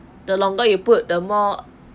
the longer you put the more